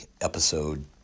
episode